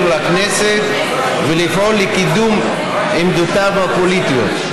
לכנסת ולפעול לקידום עמדותיו הפוליטיות.